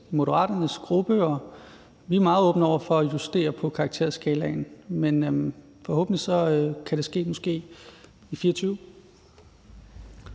Moderaternes gruppe, og vi er meget åbne over for at justere på karakterskalaen. Forhåbentlig kan det ske måske i 2024.